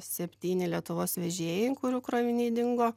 septyni lietuvos vežėjai kurių kroviniai dingo